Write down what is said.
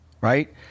Right